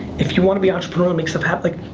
if you wanna be entrepreneurial, make stuff happen,